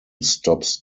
stops